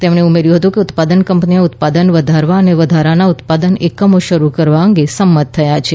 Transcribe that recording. તેમણે ઉમેર્યું હતું કે ઉત્પાદન કંપનીઓ ઉત્પાદન વધારવા અને વધારાના ઉત્પાદન એકમો શરૂ કરવા અંગે સંમત થયા છે